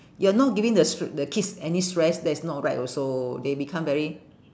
you're not giving the str~ the kids any stress that's not right also they become very